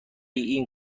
این